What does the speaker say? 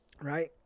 right